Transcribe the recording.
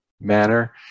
manner